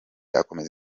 akomeza